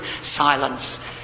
silence